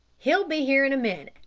he'll be here in a minute,